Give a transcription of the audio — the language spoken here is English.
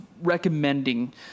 recommending